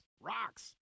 Rocks